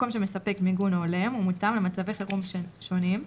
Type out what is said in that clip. מקום שמספק מיגון הולם ומותאם למצבי חירום שונים,